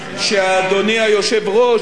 שאדוני היושב-ראש,